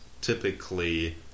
typically